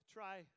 Try